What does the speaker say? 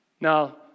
Now